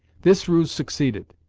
this ruse succeeded,